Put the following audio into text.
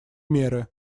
меры